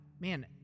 man